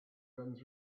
guns